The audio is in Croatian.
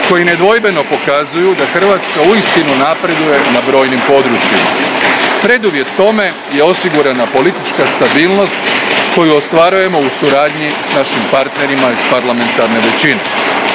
koji nedvojbeno pokazuju da Hrvatska uistinu napreduje na brojnim područjima. Preduvjet tome je osigurana politička stabilnost koju ostvarujemo u suradnji sa našim partnerima iz parlamentarne većine.